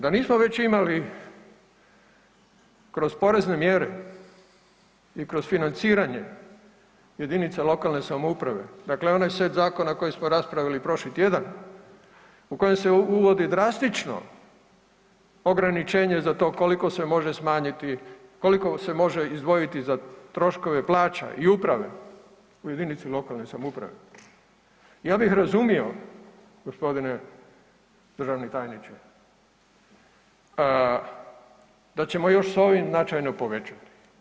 Da nismo već imali kroz porezne mjere i kroz financiranje jedinica lokalne samouprave dakle onaj set zakona koje smo raspravili prošli tjedan u kojem se uvodi drastično ograničenje za to koliko se može izdvojiti za troškove plaća i uprave u jedinici lokalne samouprave, ja bih razumio gospodine državni tajniče da ćemo još s ovim značajno povećati.